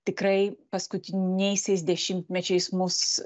tikrai paskutiniaisiais dešimtmečiais mus